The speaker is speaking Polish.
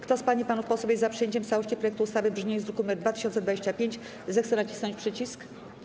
Kto z pań i panów posłów jest za przyjęciem w całości projektu ustawy w brzmieniu z druku nr 2025, zechce nacisnąć przycisk.